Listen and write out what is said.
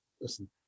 listen